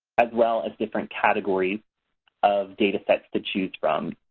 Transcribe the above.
as well as different categories of data sets to choose from.